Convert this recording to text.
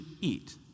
eat